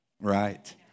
Right